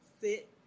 Sit